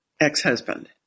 ex-husband